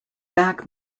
back